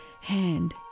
hand